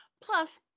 Plus